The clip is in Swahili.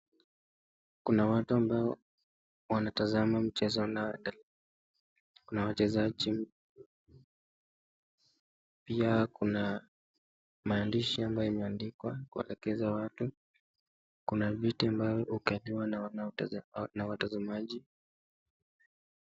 Kuna watu ambao wanatazama mchezo na, kuna wachezaji, pia kuna maandishi ambayo imeandikwa kuelekeza watu, kuna viti ambo huketia na watazamaji.